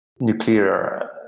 nuclear